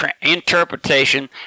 interpretation